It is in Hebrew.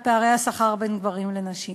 על פערי השכר בין גברים לנשים.